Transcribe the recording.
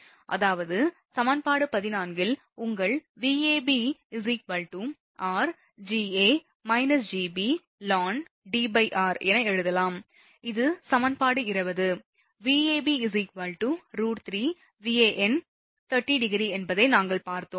அதாவது சமன்பாடு 14 இல் உங்கள் Vab r ln Dr என எழுதலாம் இது சமன்பாடு 20 Vab √3Van∠30° என்பதை நாங்கள் பார்த்தோம்